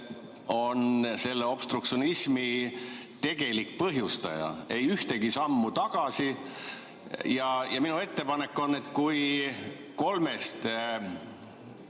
selle obstruktsionismi tegelik põhjustaja – ei ühtegi sammu tagasi. Minu ettepanek on selline: kui kolmest